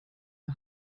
der